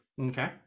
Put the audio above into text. Okay